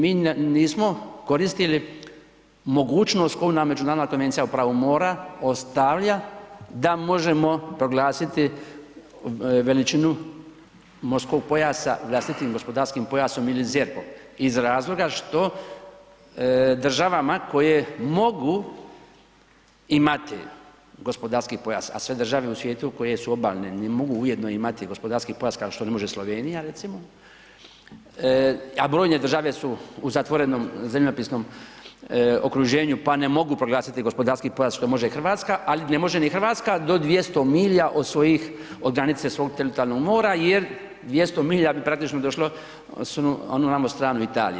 Mi nismo koristili mogućnost koju nam Međunarodna konvencija o pravu mora ostavlja da možemo proglasiti veličinu morskog pojasa vlastitim gospodarskim pojasom ili ZERP-om iz razloga što državama koje mogu imati gospodarski pojas, a sve države u svijetu koje su obalne ne mogu ujedno imati gospodarski pojas, kao što ne može Slovenija recimo, a brojne države su u zatvorenom zemljopisom okruženju pa ne mogu proglasiti gospodarski pojas, što može Hrvatska, ali ne može ni Hrvatska do 200 milja od svojih, od granice svog teritorijalnog mora jer 200 milja bi praktično došlo s onu vamo stranu Italije.